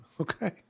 Okay